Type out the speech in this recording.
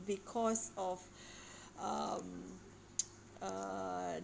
because of um uh